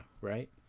right